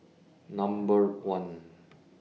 Number one